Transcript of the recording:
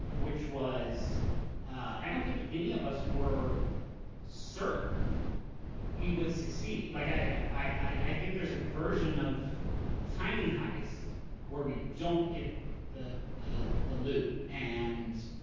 which was i don't think any of us were certain we would succeed. like i i think there's a version of tiny heist where we don't get the ah the loot. and,